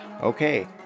Okay